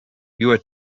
you’re